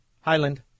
Highland